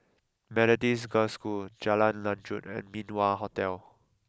Methodist Girls' School Jalan Lanjut and Min Wah Hotel